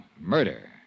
murder